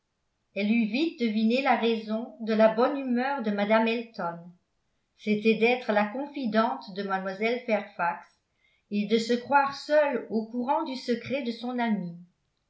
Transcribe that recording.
elle eut vite deviné la raison de la bonne humeur de mme elton c'était d'être la confidente de mlle fairfax et de se croire seule au courant du secret de son amie